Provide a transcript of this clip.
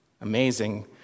amazing